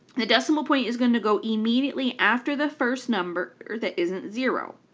the decimal point is going to go immediately after the first number that isn't zero.